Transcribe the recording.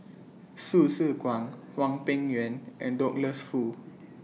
Hsu Tse Kwang Hwang Peng Yuan and Douglas Foo